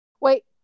Wait